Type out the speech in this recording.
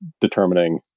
determining